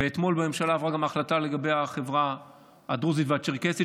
ואתמול בממשלה עברה גם ההחלטה לגבי החברה הדרוזית והצ'רקסית,